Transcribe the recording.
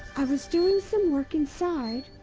i was doing some work inside,